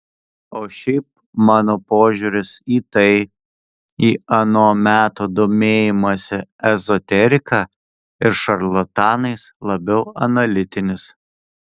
o šiaip mano požiūris į tai į ano meto domėjimąsi ezoterika ir šarlatanais labiau analitinis